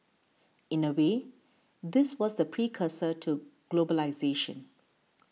in a way this was the precursor to globalisation